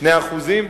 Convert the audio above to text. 2%?